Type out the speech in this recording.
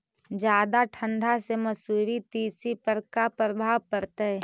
जादा ठंडा से मसुरी, तिसी पर का परभाव पड़तै?